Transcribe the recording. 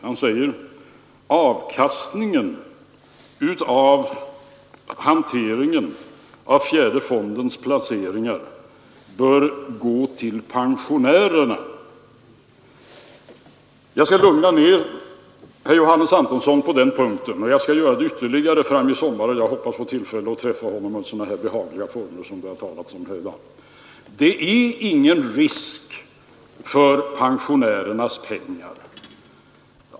Han sade att avkastningen av fjärde fondens placeringar bör gå till pensionärerna. Jag skall lugna herr Antonsson på den punkten, och jag skall göra det ytterligare fram i sommar, då jag hoppas få träffa honom under sådana behagliga former som det har talats om här i dag. Det är ingen risk för pensionärernas pengar.